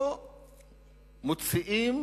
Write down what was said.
פה מוציאים